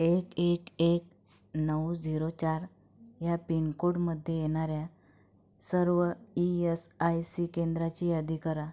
एक एक एक नऊ झिरो चार ह्या पिनकोडमध्ये येणाऱ्या सर्व ई एस आय सी केंद्राची यादी करा